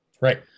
Right